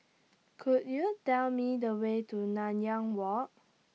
Could YOU Tell Me The Way to Nanyang Walk